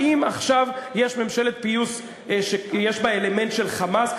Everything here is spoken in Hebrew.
האם עכשיו יש ממשלת פיוס שיש בה אלמנט של "חמאס"?